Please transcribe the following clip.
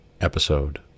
episode